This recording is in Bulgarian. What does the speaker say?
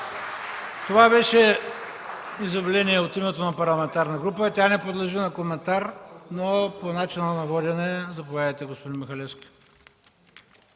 Това беше изявление от името на парламентарна група, то неподлежи на коментар. Процедура по начина на водене – заповядайте, господин Михалевски.